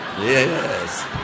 Yes